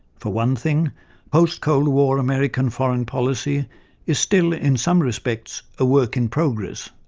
for one thing, post cold war american foreign policy is still, in some respects, a work in progress,